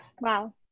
Wow